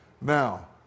Now